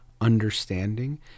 understanding